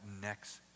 next